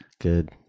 Good